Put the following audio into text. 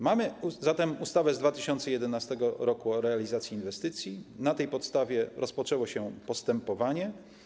Mamy zatem ustawę z 2011 r. o realizacji inwestycji - na tej podstawie rozpoczęło się postępowanie.